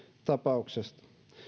tapauksesta